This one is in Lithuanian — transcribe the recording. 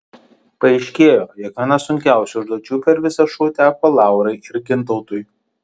paaiškėjo jog viena sunkiausių užduočių per visą šou teko laurai ir gintautui